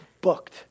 booked